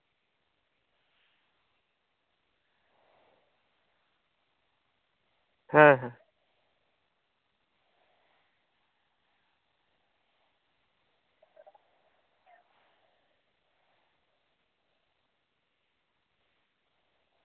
ᱦᱮᱸ ᱦᱮᱸ